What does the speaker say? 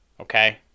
Okay